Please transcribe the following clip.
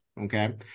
okay